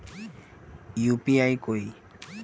UPI कोई